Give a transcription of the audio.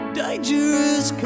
dangerous